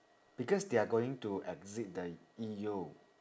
because they're going to exit the E_U